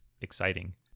exciting